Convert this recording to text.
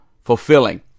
fulfilling